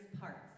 parts